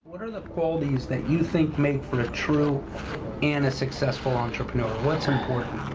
what are the qualities that you think make for a true and a successful entrepreneur, what's important?